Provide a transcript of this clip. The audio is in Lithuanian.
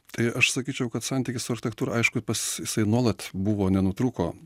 tai aš sakyčiau kad santykis su architektūra aišku pas jisai nuolat buvo nenutrūko